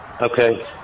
Okay